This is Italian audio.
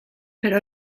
per